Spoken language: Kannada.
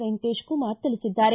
ವೆಂಕಟೇಶಕುಮಾರ ತಿಳಿಸಿದ್ದಾರೆ